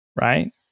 right